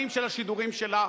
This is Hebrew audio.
גם את התכנים של השידורים שלה.